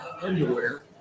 underwear